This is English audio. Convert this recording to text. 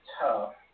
tough